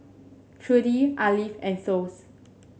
Trudie Arleth and Thos